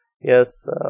Yes